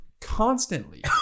constantly